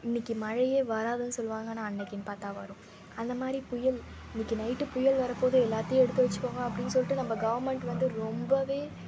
இன்னைக்கு மழையே வராதுன்னு சொல்வாங்க ஆனால் அன்னைக்குன்னு பார்த்தா வரும் அந்தமாதிரி புயல் இன்னைக்கு நைட்டு புயல் வரப்போகுது எல்லாத்தையும் எடுத்து வைச்சிக்கோங்க அப்டின்னு சொல்லிட்டு நம்ம கவர்மெண்ட் வந்து ரொம்ப